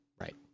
Right